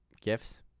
gifts